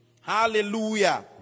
hallelujah